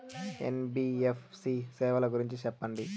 NBFC సేవల గురించి సెప్పండి?